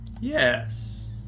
Yes